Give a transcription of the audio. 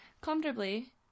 comfortably